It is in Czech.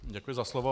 Děkuji za slovo.